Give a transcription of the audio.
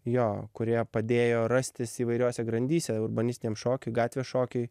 jo kurie padėjo rastis įvairiose grandyse urbanistiniam šokiui gatvės šokiui